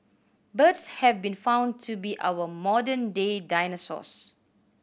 birds have been found to be our modern day dinosaurs